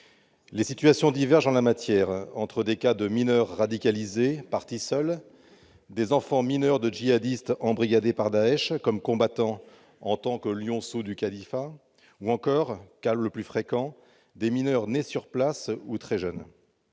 Les situations sont diverses : mineurs radicalisés partis seuls, enfants mineurs de djihadistes embrigadés par Daech comme combattants en tant que « lionceaux du califat », ou encore, cas le plus fréquent, mineurs nés sur place ou très jeunes.